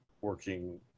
working